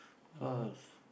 cause